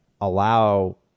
allow